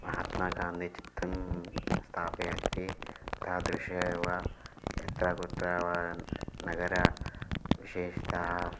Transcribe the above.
महात्मगन्धिनः चित्रं स्थापयन्ति तादृशमेव यत्र कुत्र वा नगरे विशेषताः